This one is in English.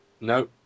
No